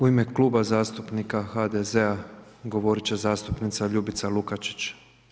U ime Kluba zastupnika HDZ-a govoriti će zastupnica Ljubica Lukačić.